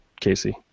Casey